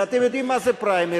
ואתם יודעים מה זה פריימריס,